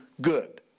good